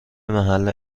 محل